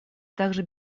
также